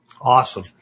Awesome